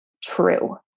true